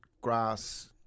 grass